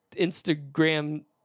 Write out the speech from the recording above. Instagram